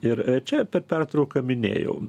ir čia per pertrauką minėjau